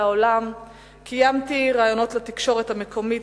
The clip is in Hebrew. העולם קיימתי ראיונות לתקשורת המקומית,